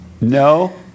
No